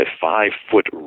five-foot